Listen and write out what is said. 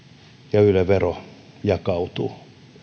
ja yle vero jakautuvat